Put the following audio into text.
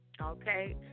Okay